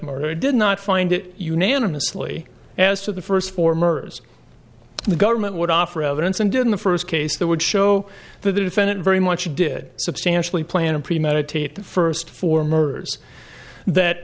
murder did not find it unanimously as to the first four murders the government would offer evidence and did in the first case that would show that the defendant very much did substantially plan a premeditated first four murders that